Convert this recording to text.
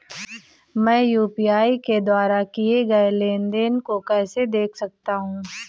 मैं यू.पी.आई के द्वारा किए गए लेनदेन को कैसे देख सकता हूं?